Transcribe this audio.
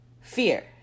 fear